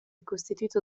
costituito